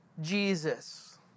Jesus